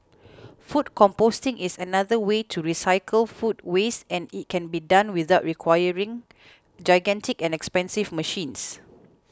food composting is another way to recycle food waste and it can be done without requiring gigantic and expensive machines